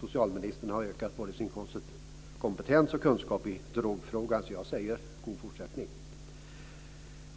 socialministern har ökat både sin kompetens och kunskap i drogfrågan, så jag säger: God fortsättning.